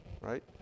Right